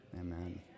Amen